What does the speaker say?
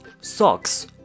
Socks